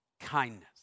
kindness